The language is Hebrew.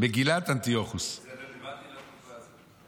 רלוונטי לתקופה הזאת.